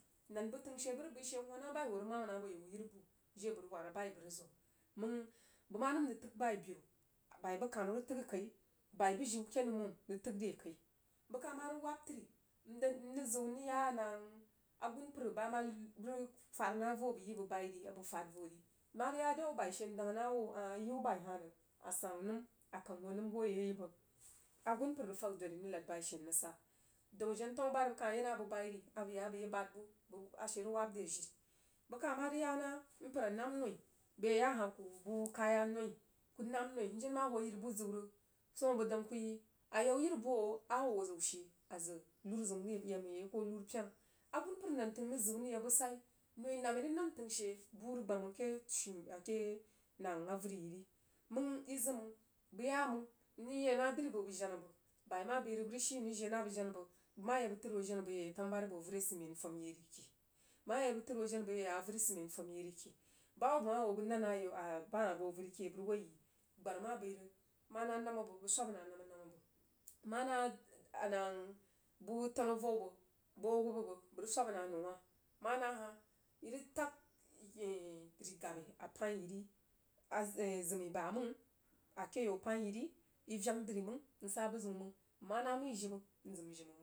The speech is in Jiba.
Nan bəg təng she bəg rəg bəi she n hoo na bai wah ho rəg jan bo kini yiri bu jiri abəg rəg whad a bai bəg rəg ziw məng bəg ma nəm rəg təg bai biru, bai bu kanu rəg təg akai bəi bujin rəg təg re kai ake numon bəg kah ma rəg wab təri n rəg ziw n rəg ga agunpər ba ma rəg fad na vo bəg yi bəg bai ri abəg fad vori bəg na ya ware wu bai she n dong na wuh ah iyi bai she rəg a sanu nəm a kan hoo nəm hoye yi bəg agun pər rəg fag dori n rəg nad ba she n rəg sa dan jena tana bai bəgyi bəg bai ri abəg ya abəgye bad ba a she rəg wa re jiri bəg kah ma rəg ya na mpər anamnoi bəgye ya hah ku bu kaya noi ku nam noim jen ma hoo yiri bu ziw rəg n dong ku a yau yiribu a hoo ziu. She a zəg nuru zəun rəg ya bəg yaiko nuru pena agunpər rəg zəun rəg yabu sai noi nam'i rəg nan təng she bu rəg gbam məng ke shiu ake nang avəri yiri məng izim məng bəg ya məng bəg yi na dri bəg bəg dena bəg bai ma bəi rəg bəg rəg shi n rəg jii na bəg jena bəg mma yak bəg təd hoo bəs jena bəg ye yak tanubari abo awori ajid men n fam yerike bəg ma yak bəg təd hoo jena bəg ye ya avəri sidmen n fam ye rike. Ba hub bəg ma hoo bəg nanra ayau bəg woi aborma bəi rəg mana nam bəg bəg swabna nabmi nabm bəg ma na nang bu tanu avou bəg bo awub bəg, bəg rəg swab na nəu wah. mana a hah irəg tah dri gabi a pain yiri ai zim ba yei mang ake yau painyiri iveng dri məng nsa bəzəun məng mmana məi jibə nzim jibə.